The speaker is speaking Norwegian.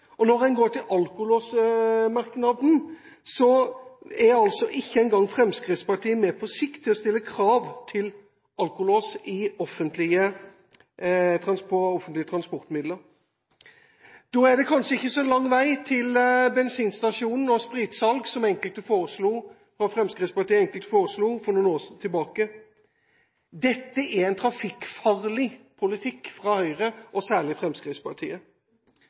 og når en går til alkolås-merknaden, er ikke Fremskrittspartiet engang på sikt med på å stille krav til alkolås i offentlige transportmidler. Da er det ikke så lang vei til bensinstasjon og spritsalg, som enkelte fra Fremskrittspartiet foreslo for noen år tilbake. Dette er en trafikkfarlig politikk fra Høyre, og særlig fra Fremskrittspartiet.